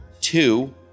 two